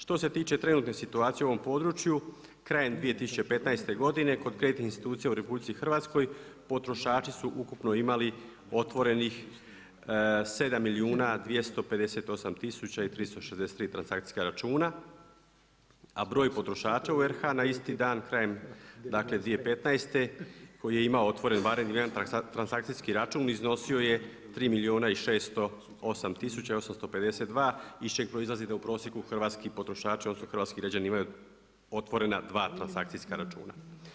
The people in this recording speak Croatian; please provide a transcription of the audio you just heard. Što se tiče trenutne situacije u ovom području krajem 2015. godine kod kreditnih institucija u RH potrošači su ukupno imali otvorenih 7 milijuna 258 tisuća i 363 transakcijska računa, a broj potrošača u RH na isti dan krajem dakle 2015. koji je imao barem jedan transakcijski račun iznosio je 3 milijuna i 608 tisuća i 852 iz čeg proizlazi da u prosjeku hrvatski potrošači, odnosno hrvatski građani imaju otvorena dva transakcijska računa.